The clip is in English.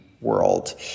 World